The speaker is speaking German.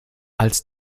als